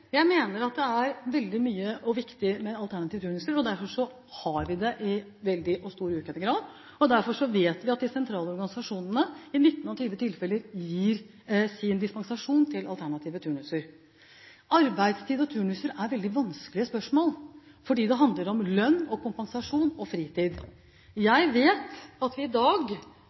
at det er veldig viktig med alternative turnuser. Derfor har vi det i veldig stor grad, og vi vet at de sentrale organisasjonene i 19 av 20 tilfeller derfor gir dispensasjon til alternative turnuser. Arbeidstid og turnuser er veldig vanskelige spørsmål, fordi det handler om lønn og kompensasjon, og fritid. Jeg vet at i dag